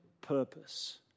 purpose